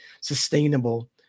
sustainable